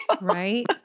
Right